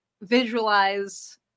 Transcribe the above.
visualize